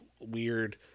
weird